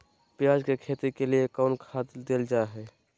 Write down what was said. प्याज के खेती के लिए कौन खाद देल जा हाय?